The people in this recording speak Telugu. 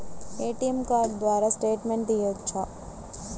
ఏ.టీ.ఎం కార్డు ద్వారా స్టేట్మెంట్ తీయవచ్చా?